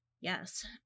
Yes